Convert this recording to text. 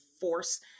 force